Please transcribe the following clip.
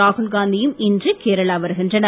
ராகுல்காந்தியும் இன்று கேரளா வருகின்றனர்